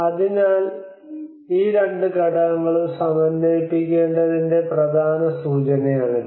അതിനാൽ ഈ രണ്ട് ഘടകങ്ങളും സമന്വയിപ്പിക്കേണ്ടതിന്റെ പ്രധാന സൂചനയാണിത്